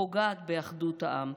פוגעת באחדות העם,